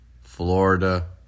Florida